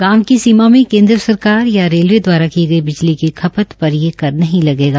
गांव की सीमा में केन्द्र सरकार या रेलवे द्वारा की गई बिजली की खपत पर ये कर नहीं लगेगा